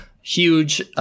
huge